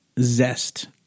zest